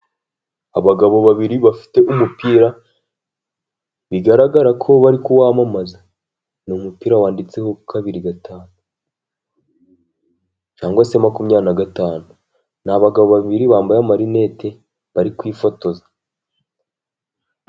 Abagabo babiri bafite umupira, bigaragara ko bari kuwamamaza. Ni umupira wanditseho; kabiri gatanu. Cyangwa se makumyabiri na gatanu. Ni abagabo babiri bambaye amarinete, bari kwifotoza.